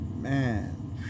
man